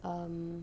um